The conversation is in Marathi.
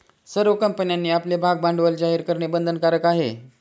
सर्व कंपन्यांनी आपले भागभांडवल जाहीर करणे बंधनकारक आहे